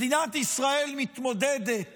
מדינת ישראל מתמודדת